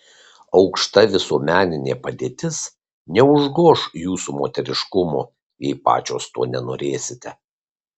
aukšta visuomeninė padėtis neužgoš jūsų moteriškumo jei pačios to nenorėsite